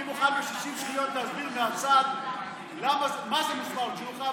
אני מוכן ב-60 שניות להסביר מהצד מה זה מוסמאר ג'וחא,